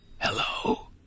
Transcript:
Hello